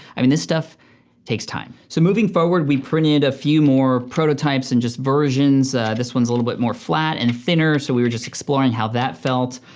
i mean this stuff takes time. so moving forward we printed a few more prototypes and just versions. this one's a little bit more flat and thinner. so we were just exploring how that felt,